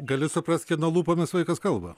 gali suprast kieno lūpomis vaikas kalba